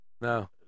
No